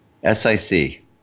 SIC